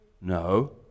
No